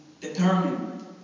determined